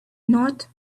north